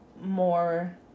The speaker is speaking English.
more